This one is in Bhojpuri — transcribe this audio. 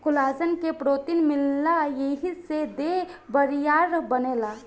कोलाजन में प्रोटीन मिलेला एही से देह बरियार बनेला